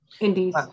Indeed